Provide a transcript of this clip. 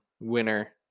winner